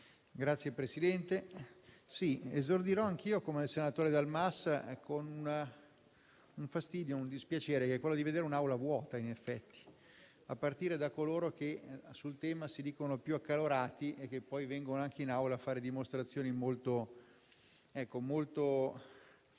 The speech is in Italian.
Signor Presidente, esordirò anch'io, come il senatore Dal Mas, con un fastidio e un dispiacere, che è quello di vedere gli scranni vuoti, in effetti, a partire da quelli di coloro che sul tema si dicono più accalorati e che poi vengono anche in Aula a fare dimostrazioni molto